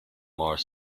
more